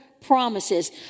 promises